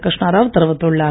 கிருஷ்ணாராவ் தெரிவித்துள்ளார்